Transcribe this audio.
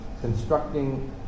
Constructing